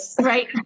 right